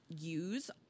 use